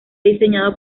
diseñado